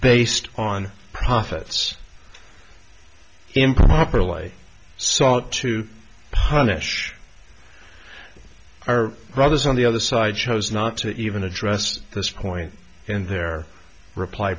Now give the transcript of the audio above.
based on profits improperly sought to punish our brothers on the other side chose not to even address this point in their reply